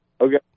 Okay